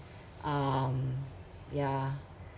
um yeah